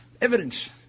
evidence